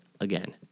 again